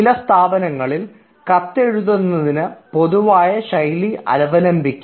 ചില സ്ഥാപനങ്ങൾ കത്തെഴുതുന്നത് പൊതുവായ ശൈലി അവലംബിക്കും